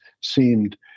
seemed